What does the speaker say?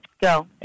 Go